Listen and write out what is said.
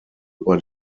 über